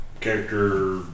character